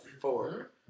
Four